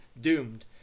Doomed